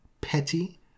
petty